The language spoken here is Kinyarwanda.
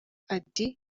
ati